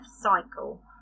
Cycle